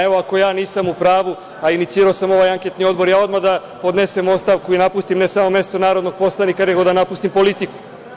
Evo, ako ja nisam u pravu, a inicirao sam ovaj anketni odbor, ja odmah da podnesem ostavku i napustim ne samo mesto narodnog poslanika, nego da napustim politiku.